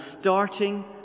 starting